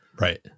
right